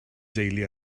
deulu